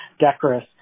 decorous